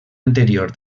anterior